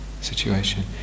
situation